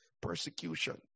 persecution